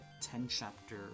ten-chapter